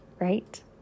right